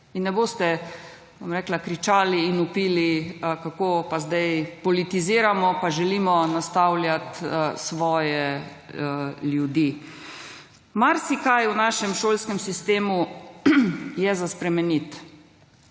in en boste kričali in vplivi kako pa zdaj politiziramo pa želimo nastavljali svoje ljudi. Marsikaj v našem šolskem sistemu je za spremeniti,